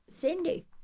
Cindy